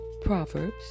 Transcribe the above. Proverbs